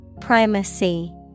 Primacy